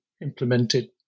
implemented